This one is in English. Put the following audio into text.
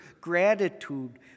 gratitude